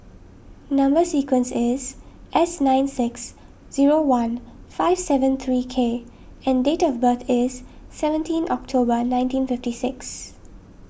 Number Sequence is S nine six zero one five seven three K and date of birth is seventeen October nineteen fifty six